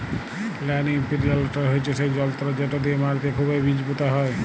land imprinter হছে সেই জলতর্ যেট দিঁয়ে মাটিতে খুবই বীজ পুঁতা হয়